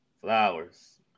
Flowers